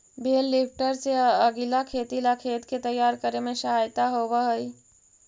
बेल lifter से अगीला खेती ला खेत के तैयार करे में सहायता होवऽ हई